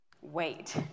Wait